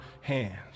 hands